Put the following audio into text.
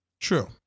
True